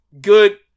good